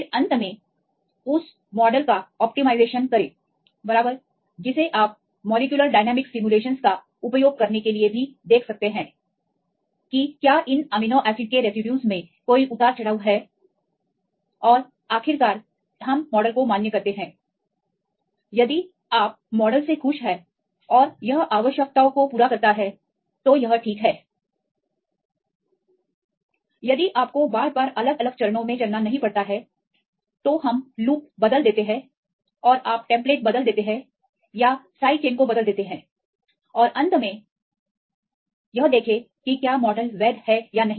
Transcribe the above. फिर अंत में उस मॉडल का अनुकूलन करें बराबर जिसे आप मॉलिक्यूलर डायनामिक सिमुलेशनस का उपयोग करने के लिए भी देख सकते हैं कि क्या इन एमिनो एसिड के रेसिड्यूज में कोई उतार चढ़ाव है और आखिरकार हम मॉडल को मान्य करते हैं यदि आप मॉडल से खुश हैं और यह आवश्यकताओं को पूरा करता है तो यह ठीक है यदि आपको बार बार अलग अलग चरणों में चलना नहीं पड़ता है तो हम लूप बदल देते हैं और आप टेम्पलेट बदल देते हैं या साइड चेन को बदल देते हैं और अंत में और देखें कि क्या मॉडल वैध है या नहीं